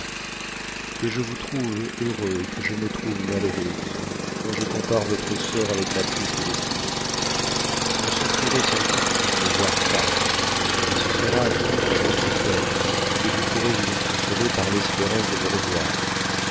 que je vous trouve heureux et que je me trouve malheureuse quand je compare votre sort avec ma triste destinée vous souffrirez sans doute de ne me voir pas mais ce sera toute votre peine et vous pourrez vous en consoler par l'espérance de me revoir